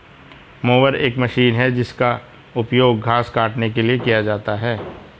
mower एक machine है जिसका उपयोग घास काटने के लिए किया जाता है